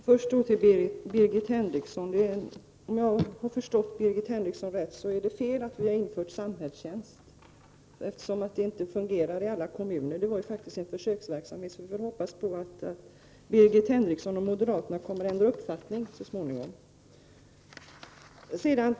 Herr talman! Om jag har förstått Birgit Henriksson rätt menar hon att det är fel att vi har infört samhällstjänst, eftersom den inte fungerar i alla kommuner. Men det var ju faktiskt en försöksverksamhet, och vi får hoppas att Birgit Henriksson och övriga moderater så småningom kommer att ändra uppfattning.